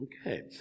Okay